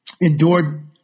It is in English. endured